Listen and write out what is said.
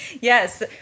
Yes